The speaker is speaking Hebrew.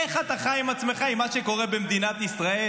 איך אתה חי עם עצמך עם מה שקורה במדינת ישראל,